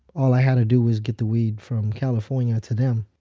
all i had to do was get the weed from california to them.